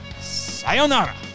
Sayonara